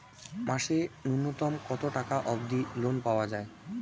মাসে নূন্যতম কতো টাকা অব্দি লোন পাওয়া যায়?